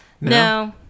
No